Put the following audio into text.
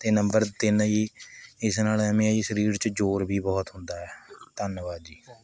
ਅਤੇ ਨੰਬਰ ਤਿੰਨ ਜੀ ਇਸ ਨਾਲ਼ ਐਂਵੇ ਹੈ ਜੀ ਸਰੀਰ 'ਚ ਜ਼ੋਰ ਵੀ ਬਹੁਤ ਹੁੰਦਾ ਹੈ ਧੰਨਵਾਦ ਜੀ